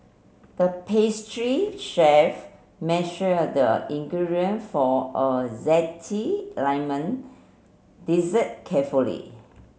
the pastry chef measured the ingredient for a zesty lemon dessert carefully